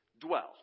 dwell